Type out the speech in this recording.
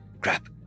Crap